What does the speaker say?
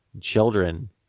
children